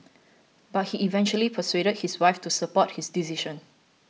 but he eventually persuaded his wife to support his decision